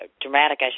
dramatic